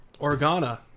Organa